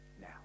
Now